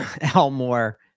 Elmore